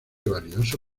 valioso